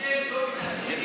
אתם לא מתפקדים,